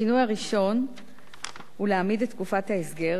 השינוי הראשון הוא להעמיד את תקופת ההסגר